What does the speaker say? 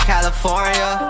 California